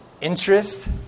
Interest